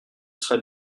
serait